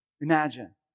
Imagine